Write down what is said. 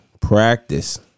practice